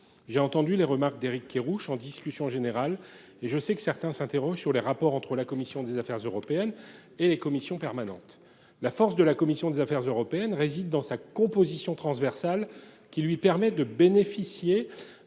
J’ai entendu les remarques formulées par Éric Kerrouche lors de la discussion générale et je sais que certains s’interrogent sur les rapports entre la commission des affaires européennes et les commissions permanentes. La force de la commission des affaires européennes réside dans sa composition transversale, qui lui permet de bénéficier